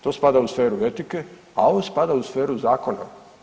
To spada u sferu etike, a ovo spada u sferu zakona.